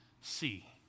see